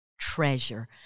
treasure